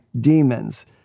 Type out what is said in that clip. demons